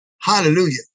Hallelujah